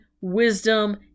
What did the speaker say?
wisdom